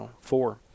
four